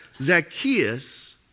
Zacchaeus